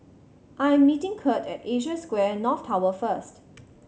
I am meeting Kirt at Asia Square North Tower first